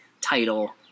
title